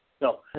No